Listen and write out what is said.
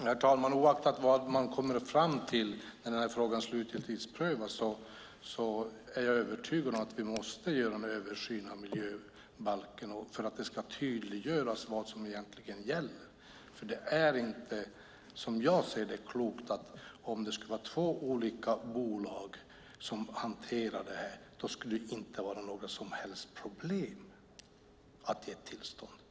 Herr talman! Oaktat vad man kommer fram till när den här frågan slutgiltigt prövas är jag övertygad om att vi måste göra en översyn av miljöbalken för att det ska tydliggöras vad som egentligen gäller. Som jag ser det är det inte klokt om det skulle vara två bolag som hanterar detta. Då skulle det inte vara något problem att ge tillstånd.